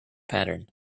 pattern